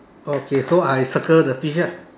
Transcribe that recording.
oh okay so I circle the fish lah